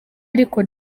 ariko